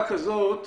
העלות של בדיקה כזאת